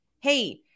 hey